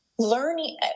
Learning